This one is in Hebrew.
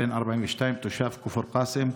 בן 42, תושב כפר קאסם,